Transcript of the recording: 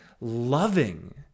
loving